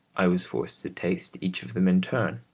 i was forced to taste each of them in turn,